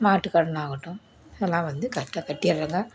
மாட்டுக் கடன் ஆகட்டும் எல்லாம் வந்து கரெட்டாக கட்டிர்றேங்க